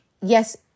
yes